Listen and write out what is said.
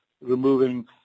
removing